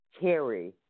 carry